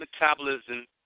metabolism